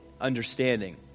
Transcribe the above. understanding